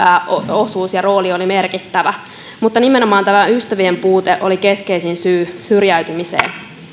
osuus ja rooli oli merkittävä nimenomaan ystävien puute oli keskeisin syy syrjäytymiseen